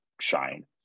shine